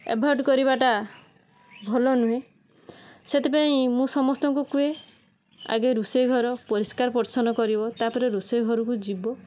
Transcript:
avoid କରିବାଟା ଭଲ ନୁହେଁ ସେଥିପାଇଁ ମୁଁ ସମସ୍ତଙ୍କୁ କୁହେ ଆଗେ ରୁଷେଇ ଘର ପରିଷ୍କାର ପରିଚ୍ଛନ କରିବ ତା ପରେ ରୋଷେଇ ଘରକୁ ଯିବ